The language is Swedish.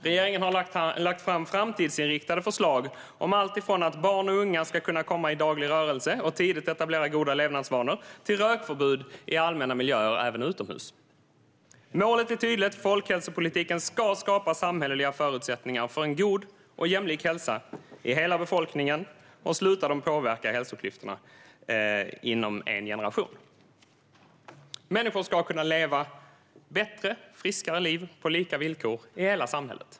Regeringen har lagt fram framtidsinriktade förslag om alltifrån att barn och unga ska kunna komma i daglig rörelse och tidigt etablera goda levnadsvanor till rökförbud i allmänna miljöer, även utomhus. Målet är tydligt: "Folkhälsopolitiken ska skapa samhälleliga förutsättningar för en god och jämlik hälsa i hela befolkningen och sluta de påverkbara hälsoklyftorna inom en generation." Människor ska kunna leva bättre, friskare liv på lika villkor i hela samhället.